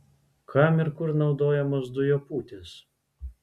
kam ir kur naudojamos dujopūtės